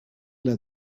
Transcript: let